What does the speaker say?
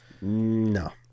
No